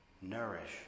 Nourish